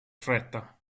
fretta